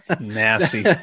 Nasty